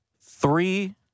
Three